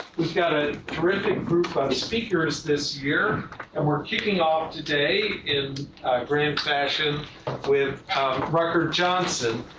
we've got a terrific group of speakers this year and we're kicking off today in grand fashion with rucker johnson,